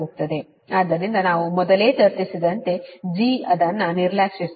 ಆದ್ದರಿಂದ ನಾವು ಮೊದಲೇ ಚರ್ಚಿಸಿದಂತೆ G ಅದನ್ನು ನಿರ್ಲಕ್ಷಿಸುತ್ತದೆ